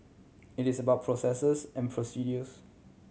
it is about processes and procedures